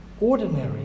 ordinary